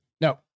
No